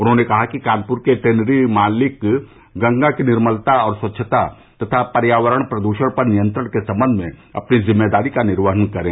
उन्होंने कहा कि कानपुर के टेनरी मालिक गंगा की निर्मलता और स्वच्छता तथा पर्यावरण प्रद्शण पर नियंत्रण के संबंध में अपनी जिम्मेदारी का निर्वहन करें